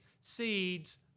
seeds